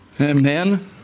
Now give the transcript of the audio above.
Amen